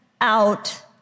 out